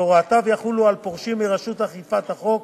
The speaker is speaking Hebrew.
והוראותיו יחולו על פורשים מרשות אכיפת החוק